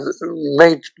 made